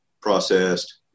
processed